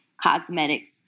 Cosmetics